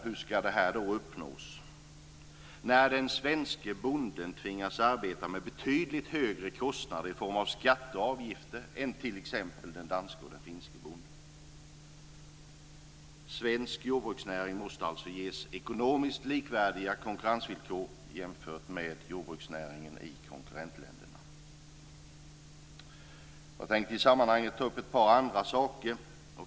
Hur ska det här uppnås, när den svenske bonden tvingas arbeta med betydligt högre kostnader i form av skatter och avgifter än t.ex. den danske och den finske bonden? Svensk jordbruksnäring måste alltså ges ekonomiskt likvärdiga konkurrensvillkor med de man har i jordbruksnäringen i konkurrentländerna. Jag tänkte i sammanhanget ta upp ett par andra saker.